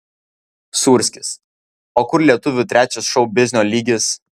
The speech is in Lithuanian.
sūrskis o kur lietuvių trečias šou biznio lygis